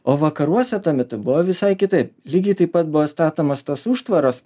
o vakaruose tuo metu buvo visai kitaip lygiai taip pat buvo statomos tos užtvaros